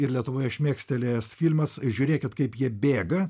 ir lietuvoje šmėkštelėjęs filmas žiūrėkit kaip jie bėga